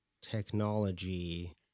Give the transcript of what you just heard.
technology